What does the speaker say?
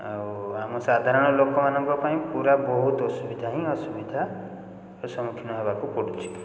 ଆଉ ଆମ ସାଧାରଣ ଲୋକମାନଙ୍କ ପାଇଁ ପୂରା ବହୁତ ଅସୁବିଧା ହିଁ ଅସୁବିଧାର ସମ୍ମୁଖୀନ ହେବାକୁ ପଡ଼ୁଛି